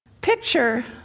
Picture